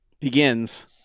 begins